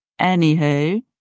Anywho